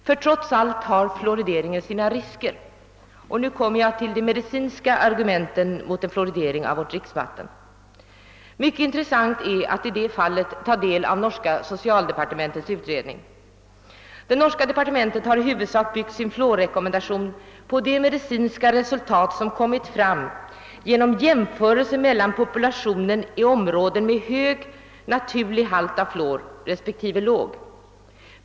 Ty trots allt har fluorideringen sina risker. Och nu kommer jag till de medicinska argumenten mot en fluoridering av vårt dricksvatten. Mycket intressant är att i detta fall ta del av det norska socialdepartementets utredning. Departementet har i huvudsak byggt sin fluorrekommendation på de medicinska resultat som kommit fram genom jämförelse mellan populationen i områden med hög naturlig halt av fluor respektive låg halt av fluor.